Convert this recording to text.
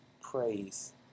praise